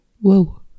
Whoa